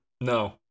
No